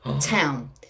town